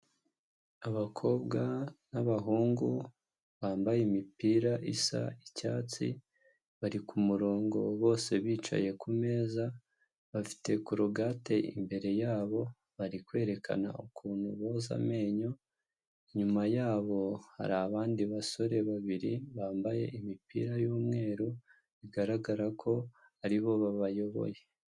Abakobwa n'abahungu bambaye imipira isa icyatsi, bari ku murongo bose bicaye ku meza, bafite kologate imbere yabo, bari kwerekana ukuntu boza amenyo, inyuma yabo hari abandi basore babiri bambaye imipira y'umweru bigaragara ko aribo babayoboye.